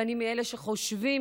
ואני מאלה שחושבים,